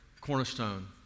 cornerstone